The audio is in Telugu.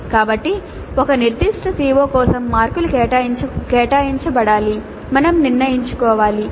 కాబట్టి ఒక నిర్దిష్ట CO కోసం మార్కులు కేటాయించబడాలి మనం నిర్ణయించుకోవాలి